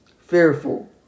fearful